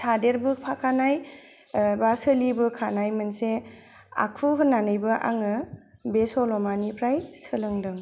थादेरबोफाखानाय बा सोलिबोखानाय मोनसे आखु होन्नानैबो आङो बे सल'मानिफ्राय सोलोंदों